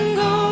go